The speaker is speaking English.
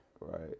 Right